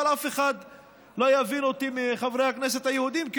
אבל אף אחד מחברי הכנסת היהודים לא יבין אותי,